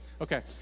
Okay